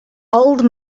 old